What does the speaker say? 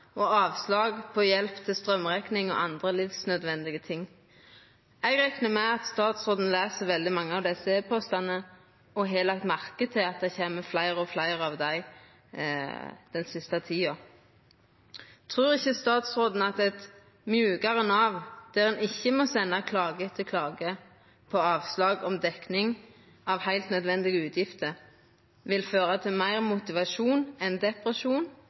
og avslag på hjelp til straumrekning og andre livsnødvendige ting. Eg reknar med at statsråden les veldig mange av desse e-postane og har lagt merke til at det kjem fleire og fleire av dei den siste tida. Trur ikkje statsråden at eit mjukare Nav, der ein ikkje må senda klage etter klage på avslag om dekning av heilt nødvendige utgifter, vil føra til meir motivasjon enn